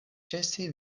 ĉesi